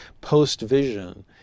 post-vision